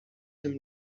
tym